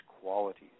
qualities